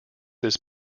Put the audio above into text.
this